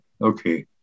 okay